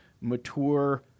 mature